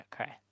okay